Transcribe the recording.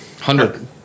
Hundred